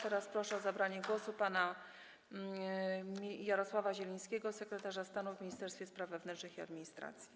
Teraz proszę o zabranie głosu pana Jarosława Zielińskiego, sekretarza stanu w Ministerstwie Spraw Wewnętrznych i Administracji.